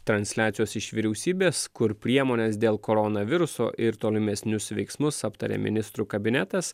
transliacijos iš vyriausybės kur priemones dėl koronaviruso ir tolimesnius veiksmus aptarė ministrų kabinetas